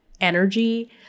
energy